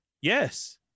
Yes